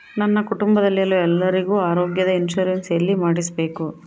ನನ್ನ ಕುಟುಂಬದಲ್ಲಿರುವ ಎಲ್ಲರಿಗೂ ಆರೋಗ್ಯದ ಇನ್ಶೂರೆನ್ಸ್ ಎಲ್ಲಿ ಮಾಡಿಸಬೇಕು?